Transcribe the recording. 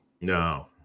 No